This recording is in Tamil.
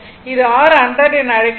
அது r 100 என அழைக்கப்படும்